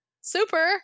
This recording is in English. Super